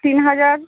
তিন হাজার